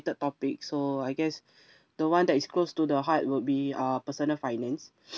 topic so I guess the one that is close to the heart would be uh personal finance